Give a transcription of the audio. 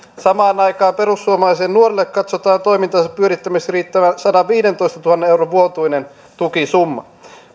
samaan aikaan perussuomalaisille nuorille katsotaan toimintansa pyörittämiseen riittävän sadanviidentoistatuhannen euron vuotuinen tukisumma